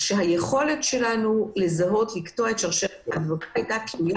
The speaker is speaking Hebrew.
היכולת שלנו לזהות ולקטוע את מספר החולים הייתה תלויה